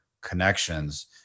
connections